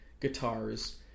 guitars